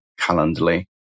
Calendly